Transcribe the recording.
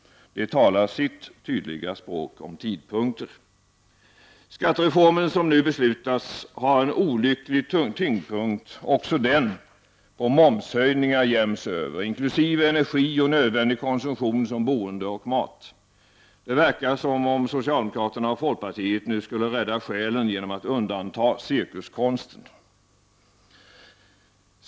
Det talar sitt tydliga språk om tidpunkter. Skattereformen som det nu skall beslutas om har olyckligt nog också tyngdpunkten på momshöjningar jäms över. Det gäller även moms på energi och på nödvändig konsumtion såsom boende och mat. Det verkar som om socialdemokraterna och folkpartiet nu skulle rädda själen genom att undanta cirkuskonsten.